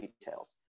details